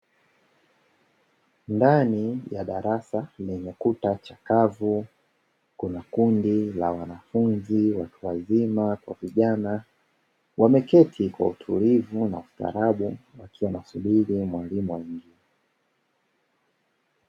Ndani ya darasa lenye kuta chakavu kuna kundi la wanafunzi watu wazima kwa vijana, wameketi kwa utulivu na ustaarabu wakiwa na subiri mwalimu aingie.